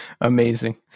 Amazing